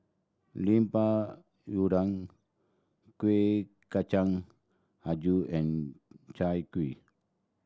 Lemper Udang Kuih Kacang Hijau and Chai Kueh